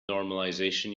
normalization